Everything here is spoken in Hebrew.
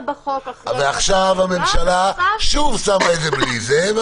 עכשיו הממשלה שמה את זה בלי זה.